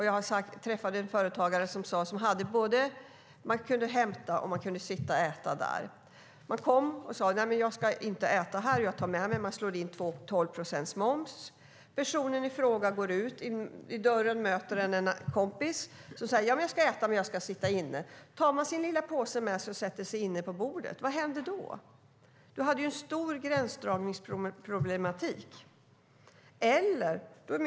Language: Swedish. Jag träffade en företagare med en verksamhet där man både kunde hämta mat och sitta där och äta. Ett exempel var att en kund kom och sade att maten skulle tas med, och 12 procents moms slogs in. Personen i fråga gick sedan ut och mötte en kompis i dörren som sade: Jag ska äta men sitta här. Då tog den första personen sin lilla påse med sig in och satte sig vid bordet. Vad händer i en sådan situation? Det har varit en stor gränsdragningsproblematik när det gäller detta.